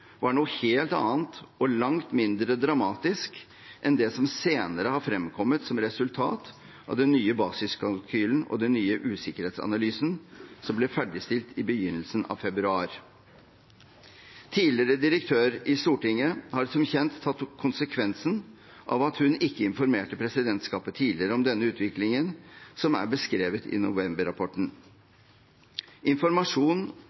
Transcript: var noe helt annet og langt mindre dramatisk enn det som senere har fremkommet som resultat av den nye basiskalkylen og den nye usikkerhetsanalysen, som ble ferdigstilt i begynnelsen av februar. Tidligere direktør i Stortinget har som kjent tatt konsekvensen av at hun ikke informerte presidentskapet tidligere om den utviklingen som er beskrevet i november-rapporten. Informasjon